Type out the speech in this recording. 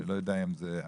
אני לא יודע אם זה מקובל.